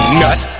nut